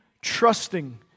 trusting